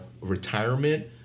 retirement